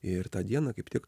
ir tą dieną kaip tik